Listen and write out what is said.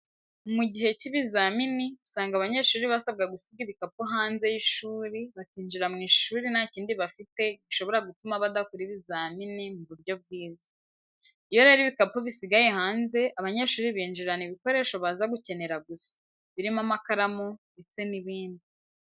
Mu gihe cy'ibizamini usanga abanyeshuri basabwa gusiga ibikapu hanze y'ishuri bakinjira mu ishuri nta kindi bafite gishobora gutuma badakora ibizamini mu buryo bwiza. Iyo rero ibikapu bisigaye hanze abanyeshuri binjirana ibikoresho baza gukenera gusa birimo amakaramu ndetse n'ibindi.